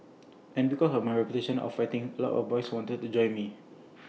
and because of my reputation of fighting A lot of boys wanted to join me